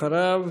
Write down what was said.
אחריו,